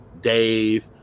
dave